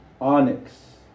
Onyx